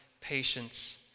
patience